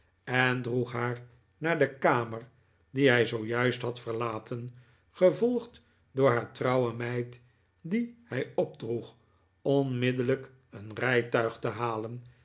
en droeg haar naar de kamer die hij zoojuist had verlaten gevolgd door haar trouwe meid die hij opdroeg onmiddellijk een rijtuig te halen